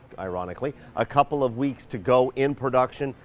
ironically, a couple of weeks to go in production.